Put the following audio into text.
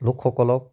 লোকসকলক